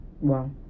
Wow